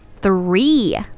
three